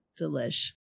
Delish